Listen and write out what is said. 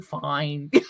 Fine